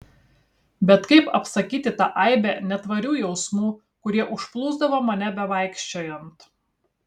bet kaip apsakyti tą aibę netvarių jausmų kurie užplūsdavo mane bevaikščiojant